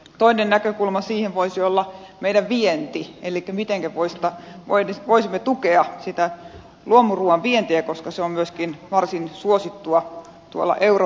toinen näkökulma siihen voisi olla vientimme elikkä miten voisimme tukea sitä luomuruuan vientiä koska se on myöskin varsin suosittua tuolla euroopan puolella